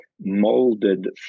molded